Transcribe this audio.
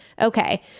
Okay